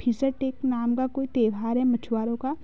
Fisher टेक नाम का कोई त्योहार है मछुआरो का